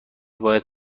باید